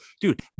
dude